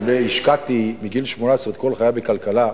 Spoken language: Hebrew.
לולא השקעתי מגיל 18 את כל חיי בכלכלה,